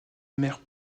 mère